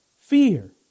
Fear